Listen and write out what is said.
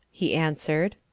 he answered.